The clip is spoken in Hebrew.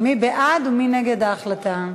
מי בעד ומי נגד ההחלטה?